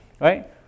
right